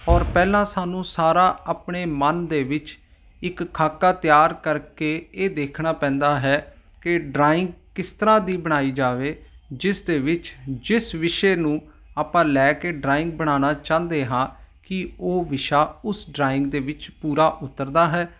ਔਰ ਪਹਿਲਾਂ ਸਾਨੂੰ ਸਾਰਾ ਆਪਣੇ ਮਨ ਦੇ ਵਿੱਚ ਇੱਕ ਖਾਕਾ ਤਿਆਰ ਕਰਕੇ ਇਹ ਦੇਖਣਾ ਪੈਂਦਾ ਹੈ ਕਿ ਡਰਾਇੰਗ ਕਿਸ ਤਰ੍ਹਾਂ ਦੀ ਬਣਾਈ ਜਾਵੇ ਜਿਸ ਦੇ ਵਿੱਚ ਜਿਸ ਵਿਸ਼ੇ ਨੂੰ ਆਪਾਂ ਲੈ ਕੇ ਡਰਾਇੰਗ ਬਣਾਉਣਾ ਚਾਹੁੰਦੇ ਹਾਂ ਕਿ ਉਹ ਵਿਸ਼ਾ ਉਸ ਡਰਾਇੰਗ ਦੇ ਵਿੱਚ ਪੂਰਾ ਉੱਤਰਦਾ ਹੈ